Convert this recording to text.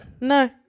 No